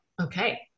okay